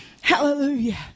Hallelujah